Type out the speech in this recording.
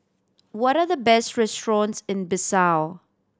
what are the best restaurants in Bissau